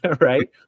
Right